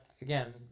again